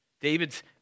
David's